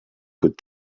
could